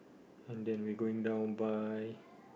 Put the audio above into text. and then we going down by